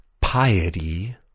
piety